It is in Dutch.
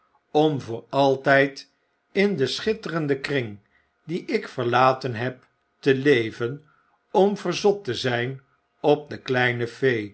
om voor altijd in den schitterenden kring dien ik verlaten heb te leven om verzot te zp op de kleine